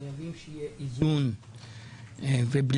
חייבים שיהיה איזון ובלמים.